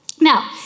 Now